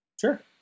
Sure